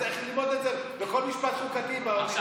צריך ללמוד את זה בכל משפט חוקתי באוניברסיטה.